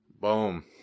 boom